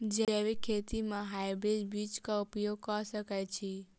जैविक खेती म हायब्रिडस बीज कऽ उपयोग कऽ सकैय छी?